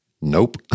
nope